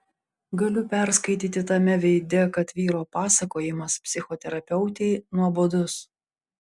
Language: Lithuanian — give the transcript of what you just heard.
galiu perskaityti tame veide kad vyro pasakojimas psichoterapeutei nuobodus